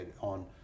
on